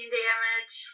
damage